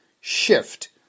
shift